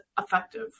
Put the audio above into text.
effective